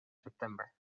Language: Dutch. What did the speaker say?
september